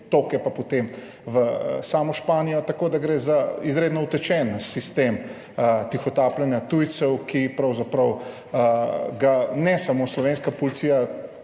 otoke pa potem v samo Španijo. Tako da gre za izredno utečen sistem tihotapljenja tujcev, ki ga ne samo slovenska policija,